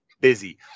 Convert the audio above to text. busy